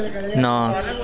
ਨਾ